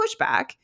pushback